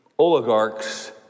oligarchs